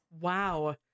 Wow